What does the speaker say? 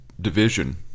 division